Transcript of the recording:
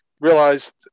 realized